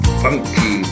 funky